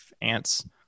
ants